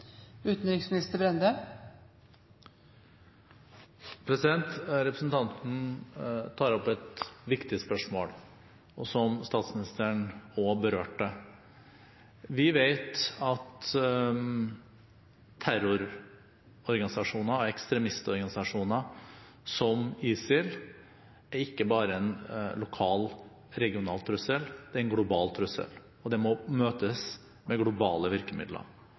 Representanten tar opp et viktig spørsmål, som statsministeren også berørte. Vi vet at terrororganisasjoner og ekstremistorganisasjoner, som ISIL, ikke bare er en lokal og regional trussel. De er en global trussel, og de må møtes med globale virkemidler.